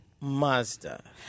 Mazda